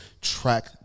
track